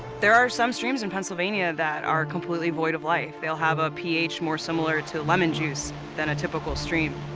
there are some streams in pennsylvania that are completely void of life. they'll have a ph more similar to lemon juice than a typical stream.